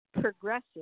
progressive